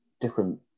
different